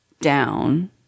down